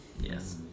Yes